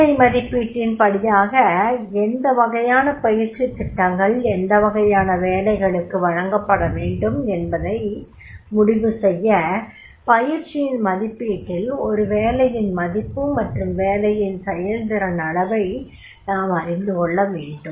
வேலை மதிப்பீட்டின் படியாக எந்த வகையான பயிற்சித் திட்டங்கள் எந்த வகையான வேலைகளுக்கு வழங்கப்பட வேண்டும் என்பதை முடிவுசெய்ய பயிற்சியின் மதிப்பீட்டில் ஒரு வேலையின் மதிப்பு மற்றும் வேலையின் செயல்திறன் அளவை நாம் அறிந்து கொள்ள வேண்டும்